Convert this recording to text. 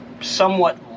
somewhat